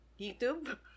YouTube